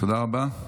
תודה רבה.